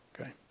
okay